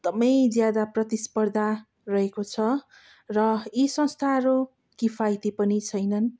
एकदमै ज्यादा प्रतिस्पर्दा रहेको छ र यी संस्थाहरू किफायती पनि छैनन्